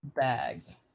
Bags